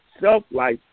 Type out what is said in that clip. self-life